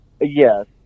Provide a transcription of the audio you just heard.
Yes